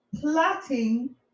plotting